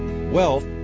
wealth